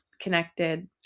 connected